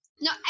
no